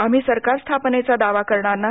आम्ही सरकार स्थापनेचा दावा करणार नाही